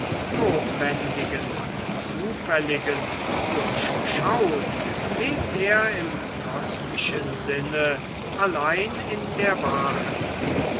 notwendigen und zufälligen durchschaut lebt er im kosmischen sinne allein in der wahrheit